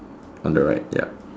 on the right ya